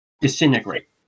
disintegrate